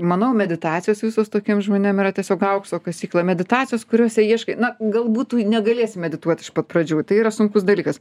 manau meditacijos visos tokiem žmonėm yra tiesiog aukso kasykla meditacijos kuriose ieškai na galbūt tu negalėsi medituot iš pat pradžių tai yra sunkus dalykas